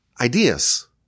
ideas